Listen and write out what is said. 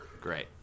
great